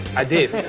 i did.